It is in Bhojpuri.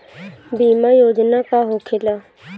बीमा योजना का होखे ला?